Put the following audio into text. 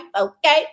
okay